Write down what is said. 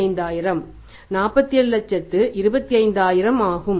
25000 4725000 ஆகும்